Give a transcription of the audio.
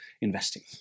investing